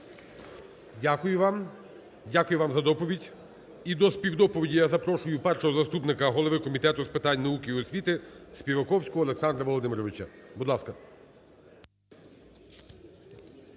Дякую вам, дякую вам за доповідь. І до співдоповіді я запрошую першого заступника голови Комітету з питань науки і освіти Співаковського Олександра Володимировича. Будь ласка.